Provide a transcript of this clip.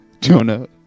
Jonah